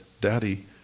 Daddy